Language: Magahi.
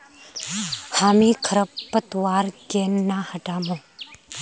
हामी खरपतवार केन न हटामु